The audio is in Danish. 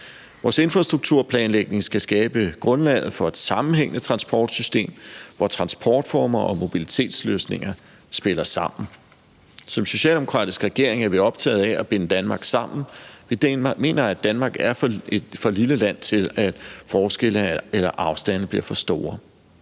Vores infrastrukturplanlægning skal skabe grundlaget for et sammenhængende transportsystem, hvor transportformer og mobilitetsløsninger spiller sammen. Som socialdemokratisk regering er vi optaget af at binde Danmark sammen. Vi mener, at Danmark er for lille et land, til at forskelle eller afstande må blive for store.